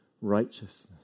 righteousness